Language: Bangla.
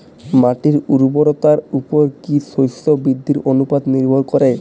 মাটির উর্বরতার উপর কী শস্য বৃদ্ধির অনুপাত নির্ভর করে?